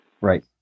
Right